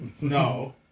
No